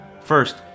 First